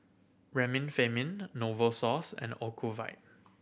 Remifemin Novosource and Ocuvite